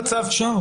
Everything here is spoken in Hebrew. אפשר.